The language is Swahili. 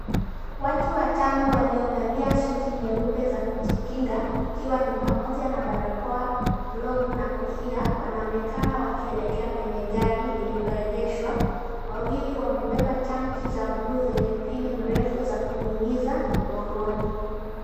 Watu watano waliovalia suti nyeupe za kujikinga ikiwa ni pamoja na barakoa, glovu na kofia wanaonekana wakielekea kwenye gari lililoegeshwa, wawili wamebeba tanki za buluu zenye mpini mrefu za kunyunyiza mgongoni.